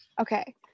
okay